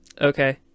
Okay